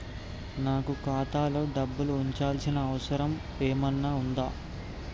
నాకు ఖాతాలో డబ్బులు ఉంచాల్సిన అవసరం ఏమన్నా ఉందా?